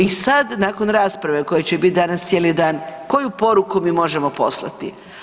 I sada nakon rasprave koja će biti danas cijeli dan, koju poruku mi možemo poslati?